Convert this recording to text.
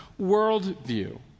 worldview